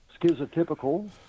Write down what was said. schizotypical